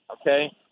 Okay